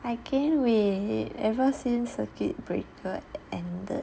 I gain weight ever since circuit breaker ended